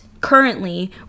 currently